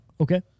Okay